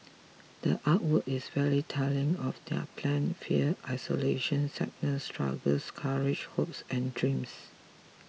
the art work is very telling of their plan fear isolation sadness struggles courage hopes and dreams